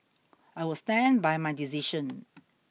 I will stand by my decision